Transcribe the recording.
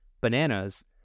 bananas